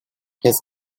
his